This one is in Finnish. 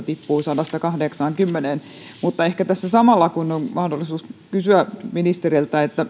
tippuu sieltä sadasta kahdeksaankymmeneen mutta ehkä tässä samalla kun on mahdollisuus kysyä ministeriltä